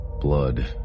Blood